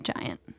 giant